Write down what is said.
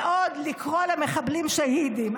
ועוד לקרוא למחבלים שהידים.